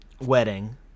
wedding